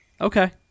Okay